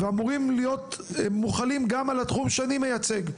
ואמורים להיות מוחלים גם על התחום שאני מייצג,